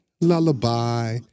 lullaby